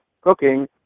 cooking